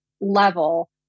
level